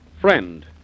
Friend